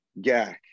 Gak